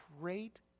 great